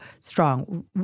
strong